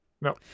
no